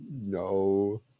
No